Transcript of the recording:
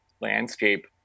landscape